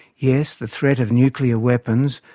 yes, the threat of nuclear weapons,